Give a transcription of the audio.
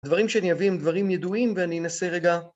דברים שאני אביא הם דברים ידועים ואני אנסה רגע